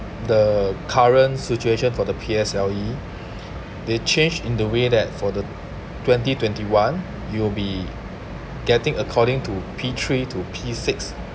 the current situation for the P_S_L_E they change in the way that for the twenty twenty one you'll be getting according to p three to p six